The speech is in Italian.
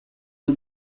dal